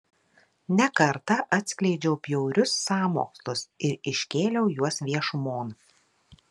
ne kartą atskleidžiau bjaurius sąmokslus ir iškėliau juos viešumon